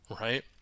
right